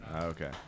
Okay